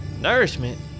Nourishment